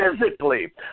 physically